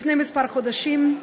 לפני כמה חודשים,